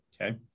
Okay